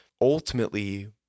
ultimately